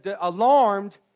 alarmed